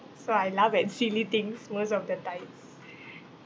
so I laugh at silly things most of the time